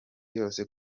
yose